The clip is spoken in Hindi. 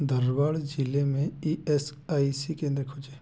धरवड़ ज़िले में ई एस आई सी केंद्र खोजें